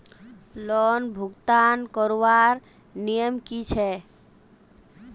Loan भुगतान करवार नियम की छे?